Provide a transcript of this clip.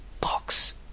box